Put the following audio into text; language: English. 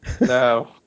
No